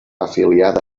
afiliada